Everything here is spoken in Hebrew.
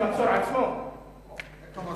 בניגוד לעמדתי ולעמדת רבים בעולם,